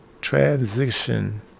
transition